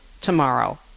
tomorrow